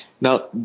Now